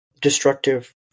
destructive